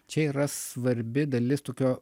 čia yra svarbi dalis tokio